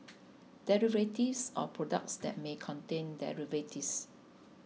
derivatives or products that may contain derivatives